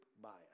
bias